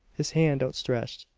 his hand outstretched,